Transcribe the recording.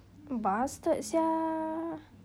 bastard sia